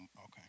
okay